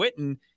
Witten